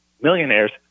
millionaires